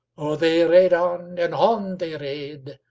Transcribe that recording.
o they rade on, and on they rade,